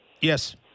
Yes